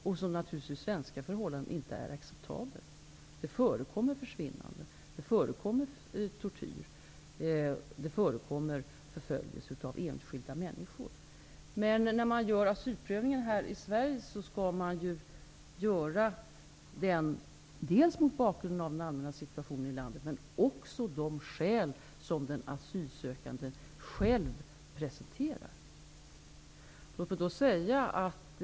Denna är naturligtvis inte acceptabel efter svenska förhållanden. Det förekommer försvinnanden, tortyr och förföljelse av enskilda människor. Men när man gör asylprövningen här i Sverige skall man ju göra den dels mot bakgrund av den allmänna situationen i landet, dels med hänsyn till de skäl som den asylsökande själv presenterar.